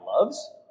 loves